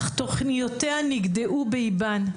אך תוכניותיה נגדעו באיבן.